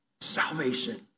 Salvation